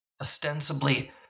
Ostensibly